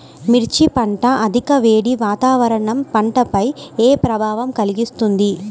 మిర్చి పంట అధిక వేడి వాతావరణం పంటపై ఏ ప్రభావం కలిగిస్తుంది?